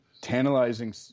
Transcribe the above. Tantalizing